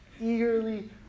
eagerly